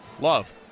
Love